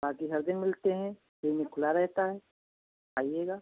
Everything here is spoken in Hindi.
बाक़ी हर दिन मिलते हैं दिन में खुला रहता है आइएगा